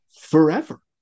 forever